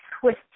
twist